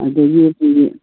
ꯑꯗꯒꯤ ꯑꯩꯈꯣꯏꯒꯤ